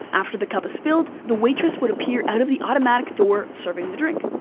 after the cup is filled, the waitress would appear out of the automatic door serving the drink.